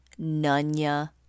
Nunya